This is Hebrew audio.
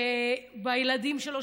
בילדים שלו,